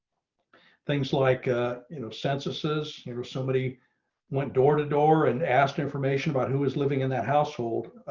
things like ah you know censuses or somebody went door to door and asked information about who is living in that household